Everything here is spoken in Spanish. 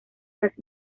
las